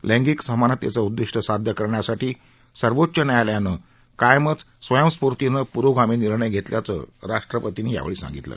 लैंगिक समानतेचं उद्दिष्ट साध्य करण्यासाठी सर्वोच्च न्यायालयानं नेहमीच स्वयंस्फूर्तीनं पुरोगामी निर्णय घेतल्याचं राष्ट्रपतींनी सांगितलं